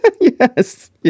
yes